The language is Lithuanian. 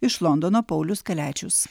iš londono paulius kaliačius